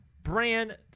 Brand